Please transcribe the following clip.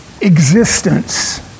existence